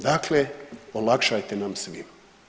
Dakle, olakšajte nam svima.